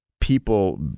people